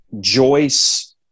Joyce